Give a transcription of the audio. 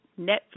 Netflix